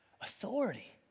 Authority